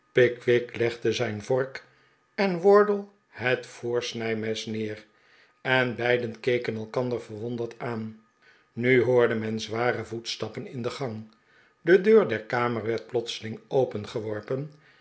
pickwick legde zijn vork en wardle het voorsnijmes neer en beiden keken elkander verwonderd aan nu hoorde men zware voetstapp en in de gang de deur der kamer werd plotseling